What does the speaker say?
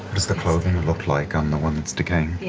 the clothing and look like on the one that's decaying?